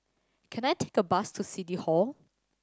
can I take a bus to City Hall